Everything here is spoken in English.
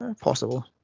possible